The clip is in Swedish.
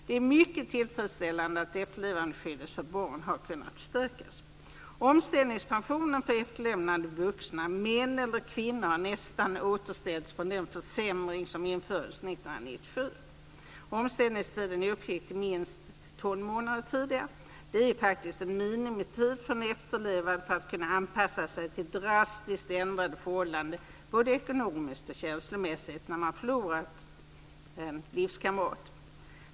Det är mycket tillfredsställande att efterlevandeskyddet för barn har kunnat förstärkas. Omställningspensionen för efterlämnade vuxna, män eller kvinnor, har nästan återställts från den försämring som infördes 1997. Omställningstiden uppgick till minst tolv månader tidigare. Det är en minimitid för den efterlevande för att kunna anpassa sig till de drastiskt ändrade förhållandena, både ekonomiskt och känslomässigt, när man förlorar en livskamrat.